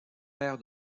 père